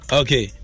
okay